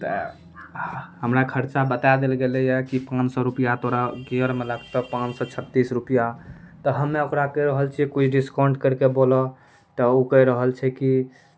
तऽ हमरा खर्चा बता देल गेलैया कि पाॅंच सए रुपैआ तोरा गियरमे लगतऽ पाॅंच सए छत्तीस रुपैआ तऽ हम्मे ओकरा कहि रहल छियै किछु डिस्काउंट कैरिके बोलऽ तऽ ओ कहि रहल छै कि